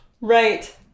right